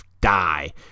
Die